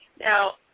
Now